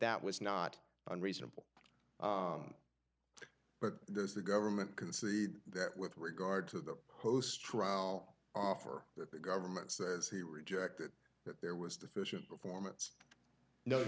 that was not unreasonable but does the government concede that with regard to the host trial offer that the government says he rejected that there was deficient performance no